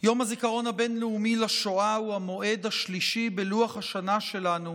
יום הזיכרון הבין-לאומי לשואה הוא המועד השלישי בלוח השנה שלנו